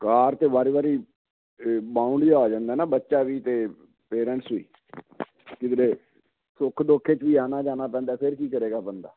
ਕਾਰ ਤਾਂ ਵਾਰੀ ਵਾਰੀ ਆ ਜਾਂਦਾ ਨਾ ਬੱਚਾ ਵੀ ਅਤੇ ਪੇਰੈਂਟਸ ਵੀ ਕਿਧਰੇ ਸੁੱਖ ਦੁੱਖ 'ਚ ਵੀ ਆਉਣਾ ਜਾਣਾ ਪੈਂਦਾ ਫਿਰ ਕੀ ਕਰੇਗਾ ਬੰਦਾ